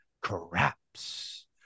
Craps